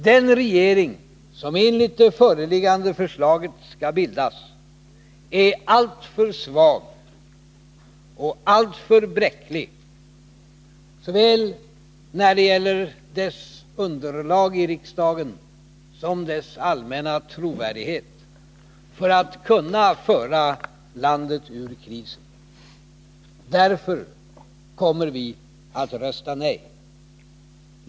Den regering som enligt det föreliggande förslaget skall bildas är alltför svag och alltför bräcklig, såväl när det gäller dess underlag i riksdagen som när det gäller dess allmänna trovärdighet, för att den skall kunna föra landet ur krisen. Därför kommer vi att rösta nej.